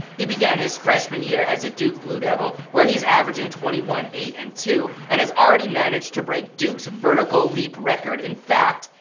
he began his freshman year as a duke bluedevil where he is averaging twenty one, eight and two and has already managed to break duke's vertical leap record. in fact,